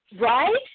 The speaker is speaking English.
right